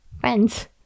friends